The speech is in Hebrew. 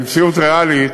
במציאות ריאלית,